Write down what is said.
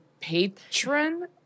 patron